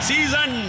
Season